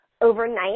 overnight